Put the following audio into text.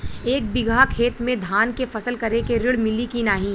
एक बिघा खेत मे धान के फसल करे के ऋण मिली की नाही?